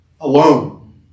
alone